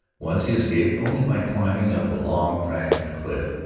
once he escaped only by climbing up a long crack in a cliff,